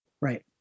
Right